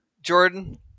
Jordan